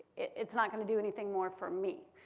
it's not going to do anything more for me.